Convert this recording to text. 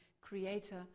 creator